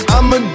I'ma